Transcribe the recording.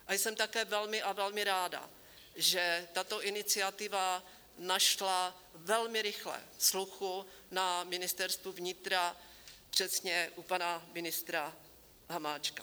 A jsem také velmi a velmi ráda, že tato iniciativa našla velmi rychle sluchu na Ministerstvu vnitra, přesně u pana ministra Hamáčka.